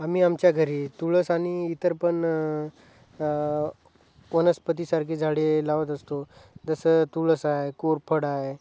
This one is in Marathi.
आम्ही आमच्या घरी तुळस आणि इतर पण वनस्पतीसारखे झाडे लावत असतो जसं तुळस आहे कोरफड आहे